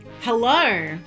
Hello